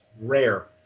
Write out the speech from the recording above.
rare